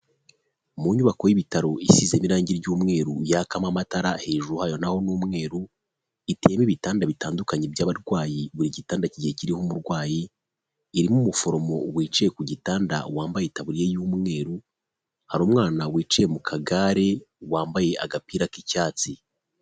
Mu nyubako y'ibitaro isizemo irangi ry'umweru yakamo amatara hejuru hayo nayo n' umweru ifite ibitanda bitandukanye by'abarwayi buri gitanda kigiye kiriho umurwayi irimo umuforomo wicaye ku gitanda wambayeitaburiya y'umweru hari umwana wiciye mu kagare wambaye agapira k'icyatsi .